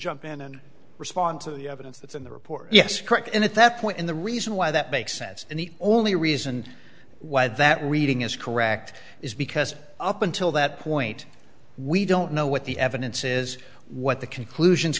jump in and respond to the evidence that's in the report yes correct and at that point in the reason why that makes sense and the only reason why that reading is correct is because up until that point we don't know what the evidence is what the conclusion is